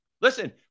Listen